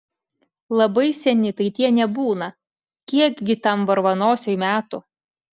labai seni tai tie nebūna kiekgi tam varvanosiui metų